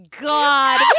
god